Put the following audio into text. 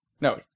No